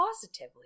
positively